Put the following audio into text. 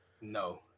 No